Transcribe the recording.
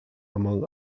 among